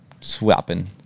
swapping